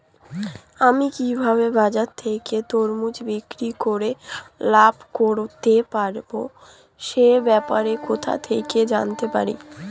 আমি কিভাবে বাজার থেকে তরমুজ বিক্রি করে লাভ করতে পারব সে ব্যাপারে কোথা থেকে জানতে পারি?